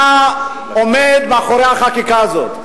מה עומד מאחורי החקיקה הזאת.